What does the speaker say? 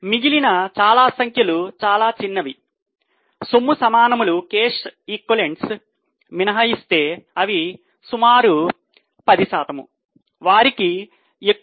మిగిలిన చాలా సంఖ్యలు చాలా చిన్నవి సొమ్ము సమానములు చాలా తక్కువ